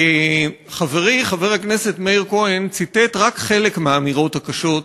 וחברי חבר הכנסת מאיר כהן ציטט רק חלק מהאמירות הקשות,